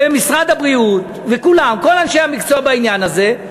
ומשרד הבריאות וכולם, כל אנשי המקצוע בעניין הזה: